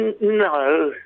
No